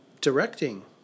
directing